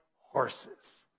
horses